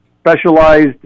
specialized